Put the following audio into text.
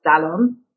salon